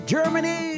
Germany